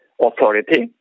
authority